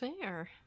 fair